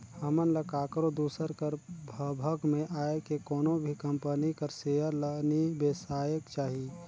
हमन ल काकरो दूसर कर भभक में आए के कोनो भी कंपनी कर सेयर ल नी बेसाएक चाही